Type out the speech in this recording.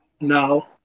No